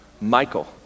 Michael